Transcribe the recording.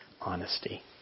honesty